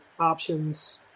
options